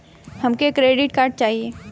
हमके credit card चाही